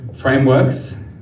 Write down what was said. frameworks